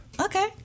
Okay